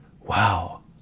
wow